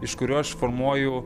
iš kurių aš formuoju